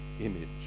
image